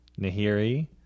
Nahiri